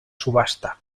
subhasta